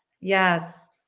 Yes